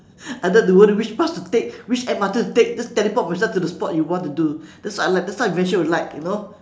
I don't have to worry which bus to take which M_R_T to take just teleport myself to the spot you want to do that's what I like that's actually what I like you know